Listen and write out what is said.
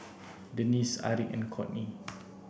Denisse Aric and Kourtney